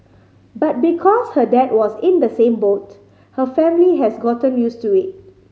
but because her dad was in the same boat her family has gotten used to it